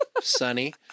sunny